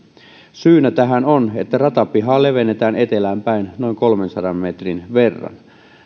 syynä tähän on että ratapihaa levennetään etelään päin noin kolmensadan metrin verran